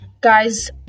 Guys